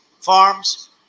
farms